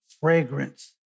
fragrance